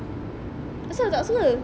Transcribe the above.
asal tak suka